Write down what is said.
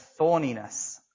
thorniness